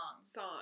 Song